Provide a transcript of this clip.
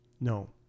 No